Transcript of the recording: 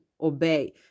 obey